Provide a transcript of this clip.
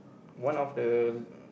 one of the